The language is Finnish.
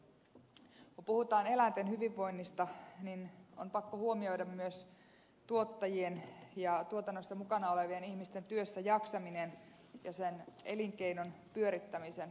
kun puhutaan eläinten hyvinvoinnista niin on pakko huomioida myös tuottajien ja tuotannossa mukana olevien ihmisten työssä jaksaminen ja sen elinkeinon pyörittämisen raskaus